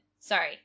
Sorry